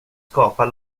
skapar